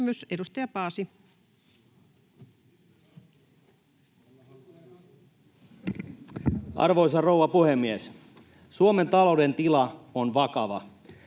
Content: Arvoisa rouva puhemies! Suomen talouden tila on vakava.